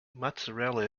mozzarella